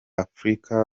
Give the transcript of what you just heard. afurika